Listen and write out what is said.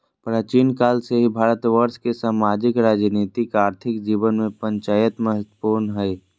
प्राचीन काल से ही भारतवर्ष के सामाजिक, राजनीतिक, आर्थिक जीवन में पंचायत महत्वपूर्ण हइ